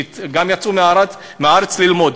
שגם יצאו מהארץ ללמוד.